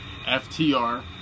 FTR